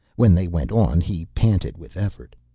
when they went on he panted with effort.